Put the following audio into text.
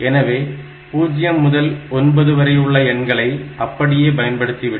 எனவே 0 முதல் 9 வரை உள்ள எண்களை அப்படியே பயன்படுத்திவிட்டு